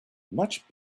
much